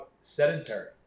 sedentary